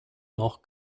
noch